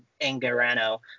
Angarano